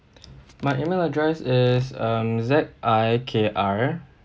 my E-mail address is um Z I K R